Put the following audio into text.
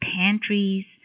pantries